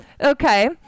okay